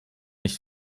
nicht